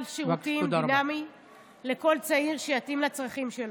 שירותים דינמי לכל צעיר שיתאים לצרכים שלו.